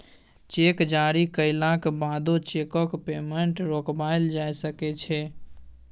cheque जारी कएलाक बादो चैकक पेमेंट रोकबाएल जा सकै छै